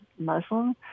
Muslim